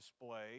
display